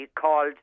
called